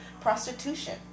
prostitution